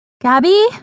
Gabby